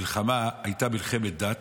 המלחמה הייתה מלחמת דת,